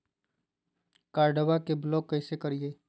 कार्डबा के ब्लॉक कैसे करिए?